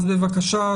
אז בבקשה,